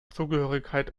zugehörigkeit